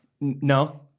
no